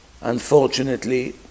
unfortunately